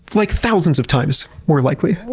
like thousands of times more likely.